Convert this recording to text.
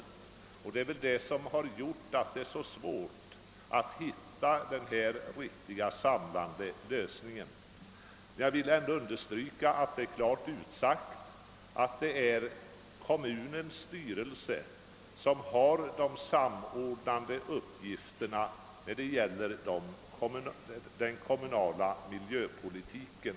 Det är väl detta förhålande som har gjort det så svårt att hitta en samlande lösning. Jag vill dock understyka att det är klart utsagt att kommunens styrelse har de samordnande uppgifterna i fråga om den kommunala miljöpolitiken.